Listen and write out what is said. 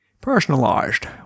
Personalized